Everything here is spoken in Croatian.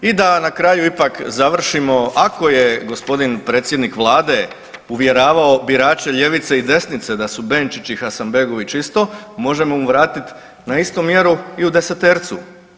I da na kraju ipak završimo, ako je gospodin predsjednik Vlade uvjeravao birače ljevice i desnice da su Benčić i Hasanbegović isto, možemo mu vratiti na istu mjeru i u desetercu.